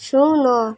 ଶୂନ